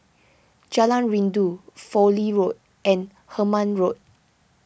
Jalan Rindu Fowlie Road and Hemmant Road